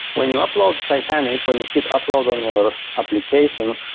when you upload titanic, when you hit upload on your application,